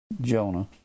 Jonah